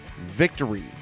victory